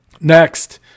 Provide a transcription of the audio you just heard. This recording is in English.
Next